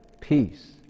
Peace